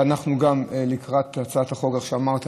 ואנחנו גם לקראת הצעת חוק, איך אמרת?